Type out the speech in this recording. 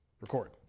Record